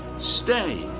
stay,